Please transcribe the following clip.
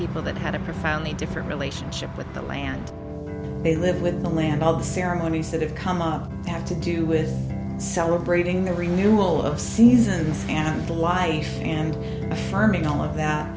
people that had a profoundly different relationship with the land they live with the land all the ceremonies that have come up have to do with celebrating the renewal of seasons and life and